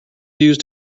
used